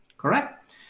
Correct